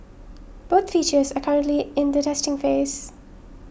both features are currently in the testing phase